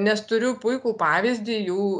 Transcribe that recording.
nes turiu puikų pavyzdį jų